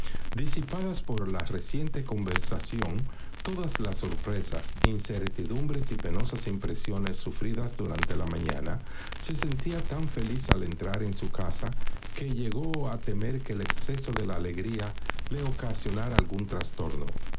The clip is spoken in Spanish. disipadas por la reciente conversación todas las sorpresas incertidumbres y penosas impresiones sufridas durante la mañana se sentía tan feliz al entrar en su casa que llegó a temeir que el exceso de alegría le ocasionara algún trastorno